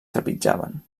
trepitjaven